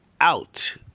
out